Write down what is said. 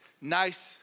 nice